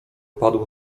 padł